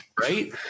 right